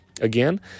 again